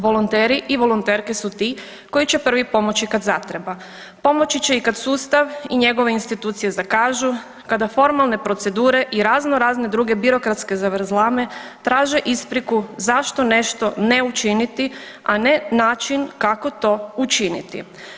Volonteri i volonterke su ti koji će prvi pomoći kad zatreba, pomoći će i kad sustav i njegove institucije zakažu, kada formalne procedure i raznorazne druge birokratske zavrzlame traže ispriku zašto nešto ne učiniti, a ne način kako to učiniti.